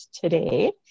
today